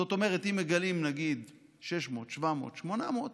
זאת אומרת, אם מגלים נגיד 600 ,700 ,800,